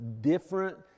different